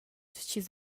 chi’s